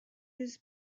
his